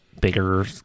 bigger